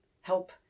help